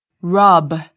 rub